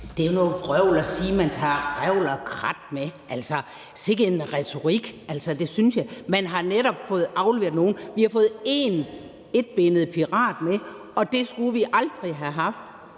Det er noget vrøvl at sige, man tager revl og krat med – altså sikke en retorik, det synes jeg. Man har netop fået afleveret nogle. Vi har fået én etbenet pirat med, og det skulle vi aldrig have haft.